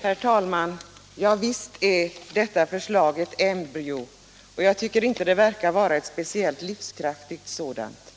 Herr talman! Ja, visst är detta förslag ett embryo, men jag tycker inte = Föräldraförsäkringatt det verkar vara ett speciellt livskraftigt sådant. en, m.m.